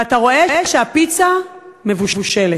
ואתה רואה שהפיצה מבושלת.